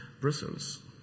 Brussels